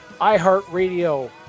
iHeartRadio